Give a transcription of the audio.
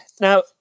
Now